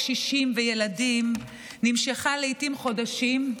קשישים וילדים נמשכה לעיתים חודשים,